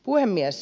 puhemies